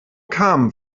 carmen